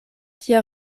tia